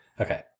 okay